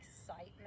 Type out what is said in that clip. excitement